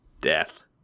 death